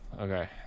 okay